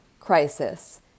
crisis